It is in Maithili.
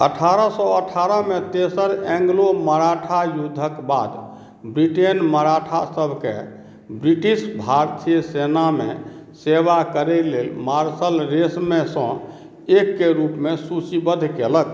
अठारह सए अठारहमे तेसर एङ्ग्लो मराठा युद्धक बाद ब्रिटेन मराठासभके ब्रिटिश भारतीय सेनामे सेवा करै लेल मार्शल रेसमेसँ एकके रूपमे सूचीबद्ध कयलक